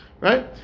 right